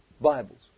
Bibles